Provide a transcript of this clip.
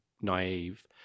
naive